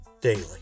daily